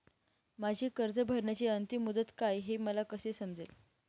माझी कर्ज भरण्याची अंतिम मुदत काय, हे मला कसे समजेल?